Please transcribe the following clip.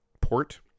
port